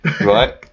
Right